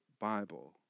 Bible